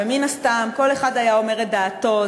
ומן הסתם כל אחד היה אומר את דעתו,